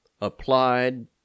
applied